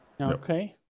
okay